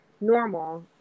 normal